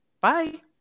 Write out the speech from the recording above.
Bye